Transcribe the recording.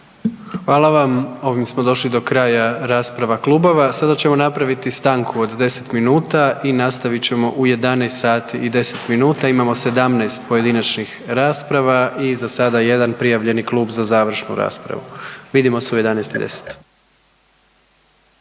Hvala vam. Ovim smo došli do kraja rasprava klubova. Sada ćemo napraviti stanku od 10 minuta i nastavit ćemo u 11 sati i 10 minuta. Imamo 17 pojedinačnih rasprava i za sada jedan prijavljeni klub za završnu raspravu. Vidimo se u 11 i 10.